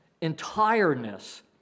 entireness